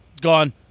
Gone